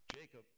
Jacob